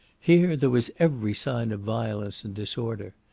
here there was every sign of violence and disorder.